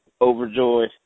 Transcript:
overjoyed